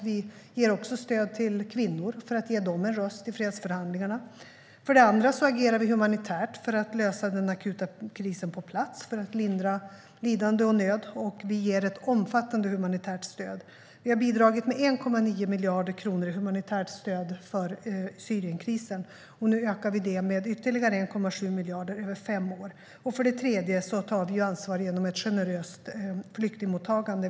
Vi ger också stöd till kvinnor, för att ge dem en i röst fredsförhandlingarna. För det andra agerar vi humanitärt för att lösa den akuta krisen på plats, för att lindra lidande och nöd. Vi ger ett omfattande humanitärt stöd. Vi har bidragit med 1,9 miljarder kronor i humanitärt stöd för Syrienkrisen. Nu ökar vi det med ytterligare 1,7 miljarder kronor över fem år. För det tredje tar vi ansvar genom ett generöst flyktingmottagande.